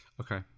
Okay